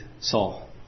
Saul